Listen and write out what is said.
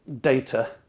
data